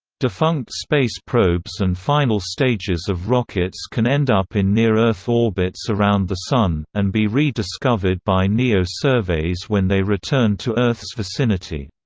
defunct space probes and final stages of rockets can end up in near-earth orbits around the sun, and be re-discovered by neo surveys when they return to earth's vicinity.